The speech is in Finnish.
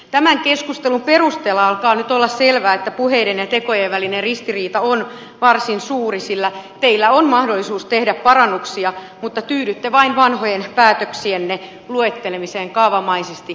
tämän keskustelun perusteella alkaa nyt olla selvää että puheiden ja tekojen välinen ristiriita on varsin suuri sillä teillä on mahdollisuus tehdä parannuksia mutta tyydytte vain vanhojen päätöksienne luettelemiseen kaavamaisesti